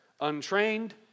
untrained